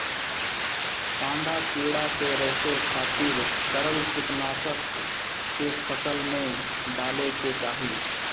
सांढा कीड़ा के रोके खातिर तरल कीटनाशक के फसल में डाले के चाही